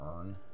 earn